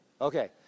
Okay